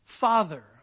Father